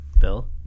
Bill